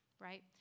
right